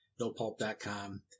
NoPulp.com